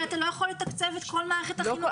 אתה לא יכול לתקצב את כל מערכת החינוך.